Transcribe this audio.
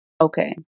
okay